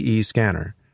Scanner